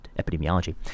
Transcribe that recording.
epidemiology